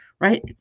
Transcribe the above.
right